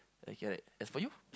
okay like as for you